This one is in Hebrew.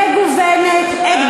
מגוונת.